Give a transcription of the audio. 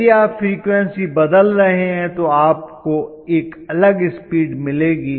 यदि आप फ्रीक्वेंसी बदल रहे हैं तो आपको एक अलग स्पीड मिलेगी